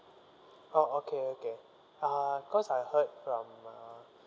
oh okay okay uh cause I heard from uh